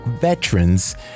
veterans